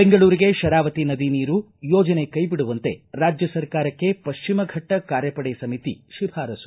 ಬೆಂಗಳೂರಿಗೆ ಶರಾವತಿ ನದಿ ನೀರು ಯೋಜನೆ ಕೈಬಿಡುವಂತೆ ರಾಜ್ಯ ಸರ್ಕಾರಕ್ಕೆ ಪಶ್ಚಿಮ ಫೆಟ್ಟ ಕಾರ್ಯಪಡೆ ಸಮಿತಿ ಶಿಫಾರಸು